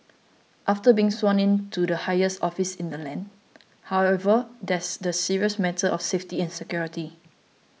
after being sworn in to the highest office in the land however there's the serious matter of safety and security